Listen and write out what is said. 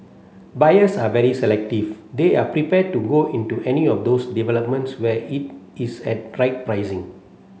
buyers are very selective they are prepared to go into any of those developments where it is at right pricing